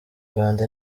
rwanda